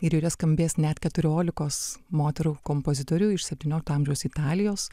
ir joje skambės net keturiolikos moterų kompozitorių iš septyniolikto amžiaus italijos